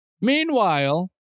Meanwhile